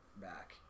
back